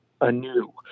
anew